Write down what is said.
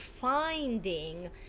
finding